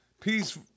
Peace